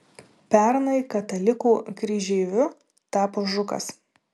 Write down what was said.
pernai katalikų kryžeiviu tapo žukas